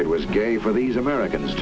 it was gay for these americans